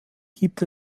gibt